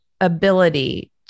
ability